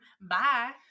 Bye